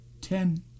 Ten